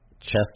chest